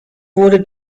wurde